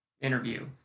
interview